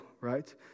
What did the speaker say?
right